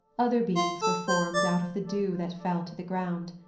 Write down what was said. other beings were formed out of the dew that fell to the ground.